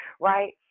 right